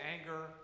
anger